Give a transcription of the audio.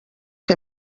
que